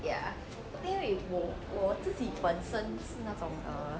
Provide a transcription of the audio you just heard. ya 因为我我自己本身是那种 err